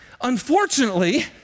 unfortunately